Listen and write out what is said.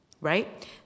right